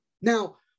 Now